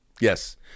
Yes